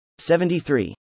73